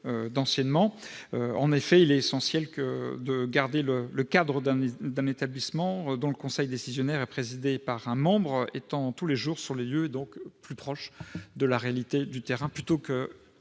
d'enseignement. En effet, il est essentiel de garder le cadre d'un établissement dont le conseil décisionnaire est présidé par un membre présent tous les jours dans les lieux, et donc plus proche de la réalité du terrain qu'une